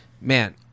Man